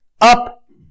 Up